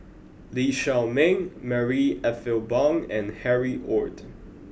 Lee Shao Meng Marie Ethel Bong and Harry Ord